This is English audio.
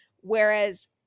whereas